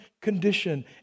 condition